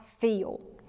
feel